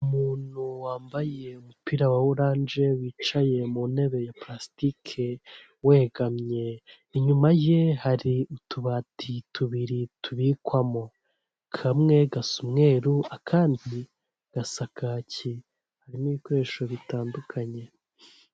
Umuntu wambaye umupira wa oranje wicaye mu ntebe ya purasitike wegamye, inyuma ye hari utubati tubiri tubikwamo, kamwe gasa umweru akandi gasa kacyi harimo ibikoresho bitandukanye.